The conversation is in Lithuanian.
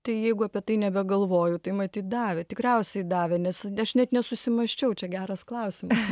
tai jeigu apie tai nebegalvoju tai matyt davė tikriausiai davė nes aš net nesusimąsčiau čia geras klausimas